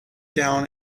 down